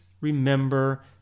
remember